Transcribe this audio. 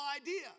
idea